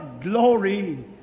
glory